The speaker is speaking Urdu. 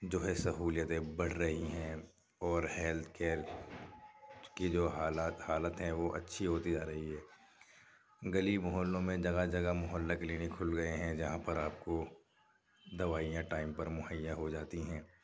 جو ہے سہولیتیں بڑھ رہی ہیں اور ہیلتھ کیئر کی جو حالات حالت ہیں وہ اچھی ہوتی جا رہی ہے گلی محلوں میں جگہ جگہ محلہ کلینک کھل گئے ہیں جہاں پر آپ کو دوائیاں ٹائم پر مہیا ہو جاتی ہیں